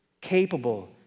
capable